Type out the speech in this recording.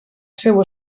seu